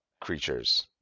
creatures